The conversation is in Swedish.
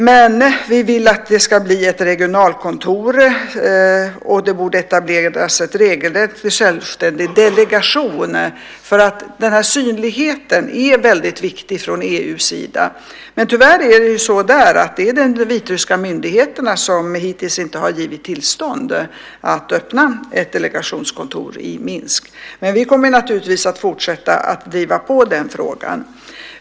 Vi vill emellertid att det ska bli ett regionalkontor, och en regelrätt självständig delegation borde etableras eftersom just synligheten är mycket viktig från EU:s sida. Tyvärr har de vitryska myndigheterna hittills inte givit tillstånd till att öppna ett delegationskontor i Minsk, men vi kommer naturligtvis att fortsätta att driva den frågan.